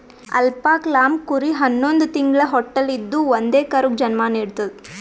alpaca llama ಕುರಿ ಹನ್ನೊಂದ್ ತಿಂಗ್ಳ ಹೊಟ್ಟಲ್ ಇದ್ದೂ ಒಂದೇ ಕರುಗ್ ಜನ್ಮಾ ನಿಡ್ತದ್